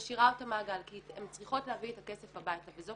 משאירה אותה במעגל כי הן צריכות להביא את הכסף הביתה וזו